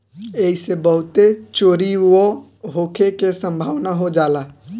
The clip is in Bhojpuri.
ऐइसे बहुते चोरीओ होखे के सम्भावना हो जाला